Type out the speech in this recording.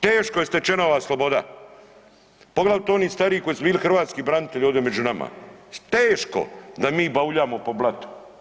Teško je stečena ova sloboda, poglavito oni stariji koji su bili hrvatski branitelji ovdje među nama, teško da mi bavuljamo po blatu.